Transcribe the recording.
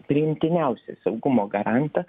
priimtiniausią saugumo garantą